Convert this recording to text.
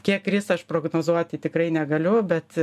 kiek kris aš prognozuoti tikrai negaliu bet